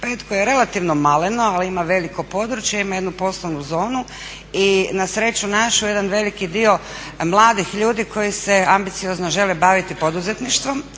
koje je relativno maleno ali ima veliko područje, ima jednu poslovnu zonu i na sreću našu jedan veliki dio mladih ljudi koji se ambiciozno žele baviti poduzetništvom.